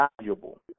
valuable